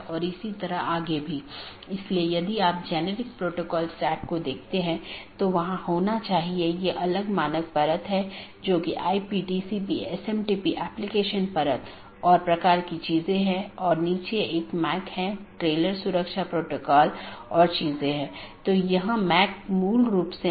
autonomous system के अंदर OSPF और RIP नामक प्रोटोकॉल होते हैं क्योंकि प्रत्येक ऑटॉनमस सिस्टम को एक एडमिनिस्ट्रेटर कंट्रोल करता है इसलिए यह प्रोटोकॉल चुनने के लिए स्वतंत्र होता है कि कौन सा प्रोटोकॉल उपयोग करना है